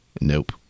Nope